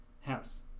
house